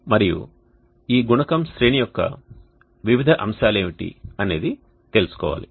మరియు ఈ గుణకం శ్రేణి యొక్క వివిధ అంశాలు ఏమిటి అనేది తెలుసుకోవాలి